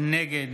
נגד